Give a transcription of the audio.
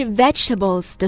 vegetables